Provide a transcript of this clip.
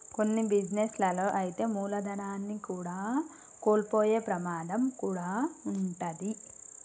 కొన్ని బిజినెస్ లలో అయితే మూలధనాన్ని కూడా కోల్పోయే ప్రమాదం కూడా వుంటది